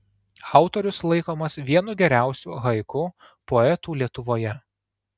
autorius laikomas vienu geriausiu haiku poetų lietuvoje